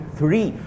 three